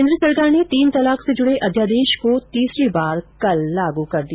केन्द्र सरकार ने तीन तलाक से जुड़े अध्यादेश को तीसरी बार कल लागू कर दिया